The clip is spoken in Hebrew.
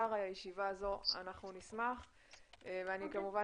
לאחר הישיבה הזו אנחנו נשמח ואני כמובן